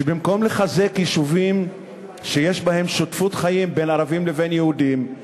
שבמקום לחזק יישובים שיש בהם שותפות חיים בין ערבים ליהודים,